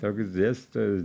toks dėstytojas